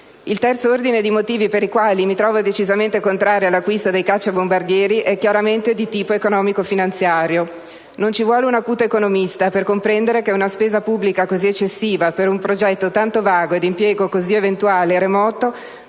II terzo ordine dì motivi per i quali mi trovo decisamente contraria all'acquisto dei cacciabombardieri è chiaramente di tipo economico-finanziario. Non ci vuole un acuto economista per comprendere che una spesa pubblica cosi eccessiva per un progetto tanto vago e di impiego così eventuale e remoto